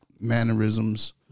Mannerisms